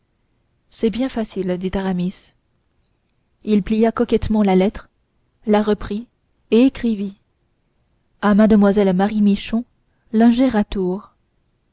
c'est bien facile dit aramis il plia coquettement la lettre la reprit et écrivit à mademoiselle marie michon lingère à tours